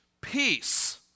peace